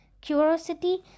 curiosity